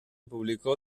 publicó